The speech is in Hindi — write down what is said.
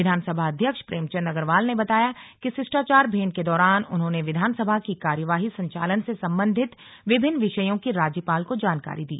विधानसभा अध्यक्ष प्रेमचंद अग्रवाल ने बताया कि शिष्टाचार भेंट के दौरान उन्होंने विधानसभा की कार्यवाही संचालन से संबंधित विभिन्न विषयों की राज्यपाल को जानकारी दी